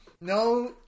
No